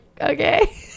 okay